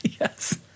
yes